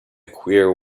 queer